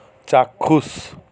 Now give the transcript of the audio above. চাক্ষুষ